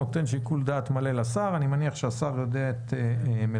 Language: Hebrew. הוא נותן שיקול דעת מלא לשר ואני מניח שהשר יודע את מלאכתו.